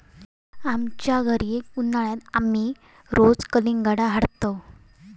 आमच्या घरी उन्हाळयात आमी रोज कलिंगडा हाडतंव